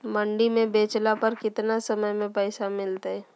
मंडी में बेचला पर कितना समय में पैसा मिलतैय?